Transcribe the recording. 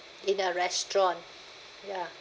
in a restaurant ya